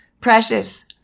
precious